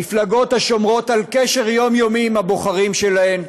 מפלגות השומרות על קשר יומיומי עם הבוחרים שלהן,